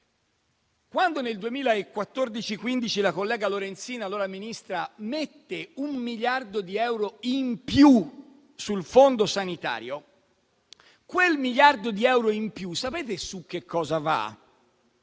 Quando nel 2014-2015 la collega Lorenzin, allora Ministra, mise un miliardo di euro in più sul fondo sanitario, quel miliardo di